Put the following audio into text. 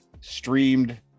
Streamed